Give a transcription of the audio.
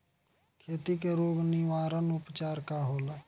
खेती के रोग निवारण उपचार का होला?